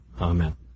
Amen